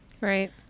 Right